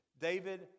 David